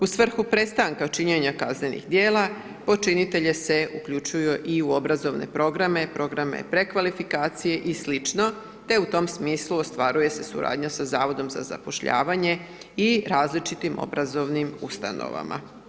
U svrhu prestanka činjenja kaznenih djela, počinitelje se uključuje i u obrazovne programe, programe prekvalifikacije i sl. te u tom smislu ostvaruje se suradnja sa Zavodom za zapošljavanje i različitim obrazovnim ustanovama.